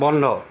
বন্ধ